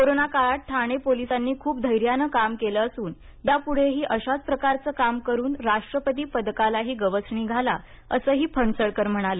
corona काळात ठाणे पोलिसांनी खूप धैर्याने काम केलं असून याप्ढेही अशाच प्रकारचे काम करून राष्ट्रपती पदकालाही गवसणी घाला असंही फणसळकर म्हणाले